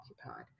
occupied